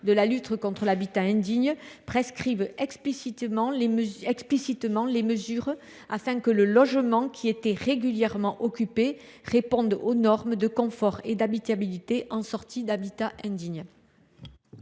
de la lutte contre l’habitat indigne prescrivent explicitement les mesures requises afin que le logement, qui était régulièrement occupé, réponde aux normes de confort et d’habitabilité en sortie d’habitat indigne.